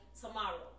tomorrow